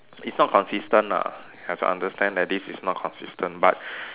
it's not consistent ah have to understand that this is not consistent but